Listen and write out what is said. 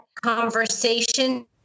conversation